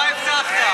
אתה הבטחת,